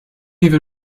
even